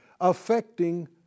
Affecting